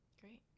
Great